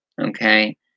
okay